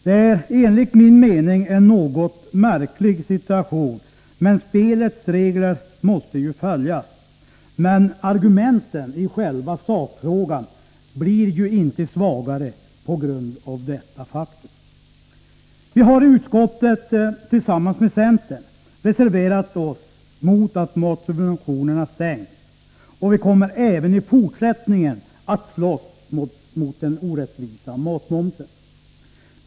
Det är enligt min mening en något märklig situation. Spelets regler måste ju följas, men argumenten i själva sakfrågan blir ju inte svagare på grund av detta faktum. Vi har i utskottet, tillsammans med centern, reserverat oss mot att matsubventionerna sänks, och vi kommer även i fortsättningen att slåss mot den orättvisa matmomsen.